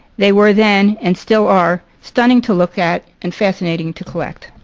they were then, and still are, stunning to look at and fascinating to collect.